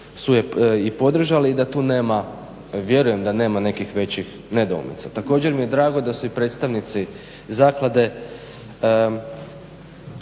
su je i podržali i da tu nema, vjerujem da nema nekih većih nedoumica. Također mi je drago da su i predstavnici zaklade